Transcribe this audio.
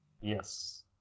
Yes